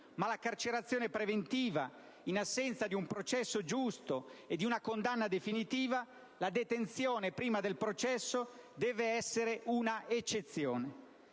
ma la carcerazione preventiva, in assenza di un processo giusto e di una condanna definitiva, la detenzione prima del processo deve essere una eccezione.